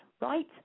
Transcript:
right